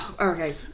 okay